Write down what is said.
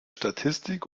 statistik